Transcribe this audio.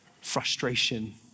frustration